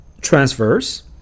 transverse